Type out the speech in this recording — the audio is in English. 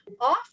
often